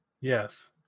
Yes